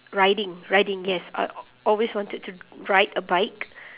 riding riding yes I always wanted to ride a bike